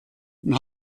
und